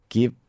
Give